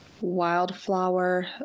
Wildflower